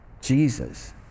Jesus